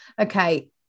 okay